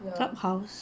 clubhouse